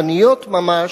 עניות ממש,